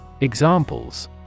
Examples